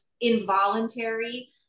involuntary